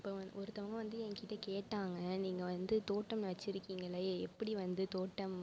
இப்போ வ ஒருத்தவங்க வந்து ஏகிட்ட கேட்டாங்க நீங்கள் வந்து தோட்டம் வச்சுருக்கிங்கலே எப்படி வந்து தோட்டம் வந்து